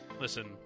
listen